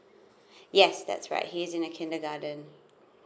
yes that's right he's in kindergarten